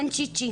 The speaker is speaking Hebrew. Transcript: הבנצ'י'צי.